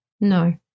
No